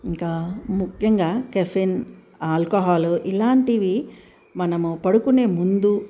ఇంకా ముఖ్యంగా caffeine alcohol ఇలాంటివి మనము పడుకునే ముందు